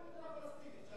איפה מדינה פלסטינית?